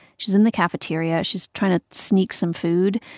she's in the cafeteria. she's trying to sneak some food.